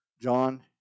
John